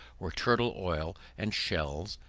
were turtle oil, and shells,